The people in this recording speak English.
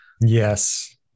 Yes